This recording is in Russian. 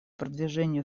продвижению